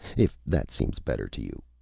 if that seems better to you.